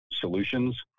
solutions